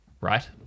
right